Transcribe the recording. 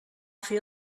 fer